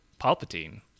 Palpatine